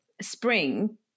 spring